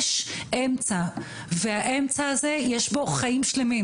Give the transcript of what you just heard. יש אמצע והאמצע הזה יש בו חיים שלמים.